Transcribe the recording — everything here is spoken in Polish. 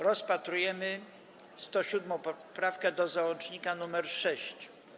Rozpatrujemy 107. poprawkę do załącznika nr 6.